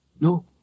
No